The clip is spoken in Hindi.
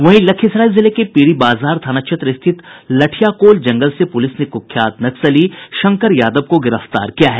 वहीं लखीसराय जिले के पीरी बाजार थाना क्षेत्र स्थित लठियाकोल जंगल से प्रलिस ने कुख्यात नक्सली शंकर यादव को गिरफ्तार किया है